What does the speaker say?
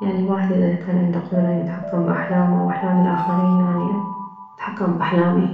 يعني الواحد اذا عنده القدرة انه يتحكم باحلامه او احلام الاخرين اني اتحكم باحلامي